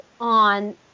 on